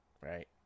right